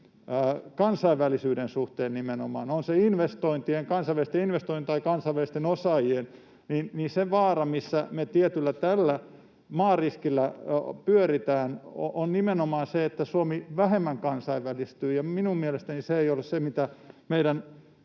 kansainvälisyyden suhteen — on se sitten kansainvälisten investointien tai kansainvälisten osaajien suhteen; se vaara, missä me tällä maariskillä pyöritään, on nimenomaan se, että Suomi vähemmän kansainvälistyy. Minun mielestäni se ei ole se, mikä meidän